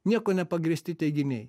niekuo nepagrįsti teiginiai